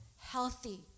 healthy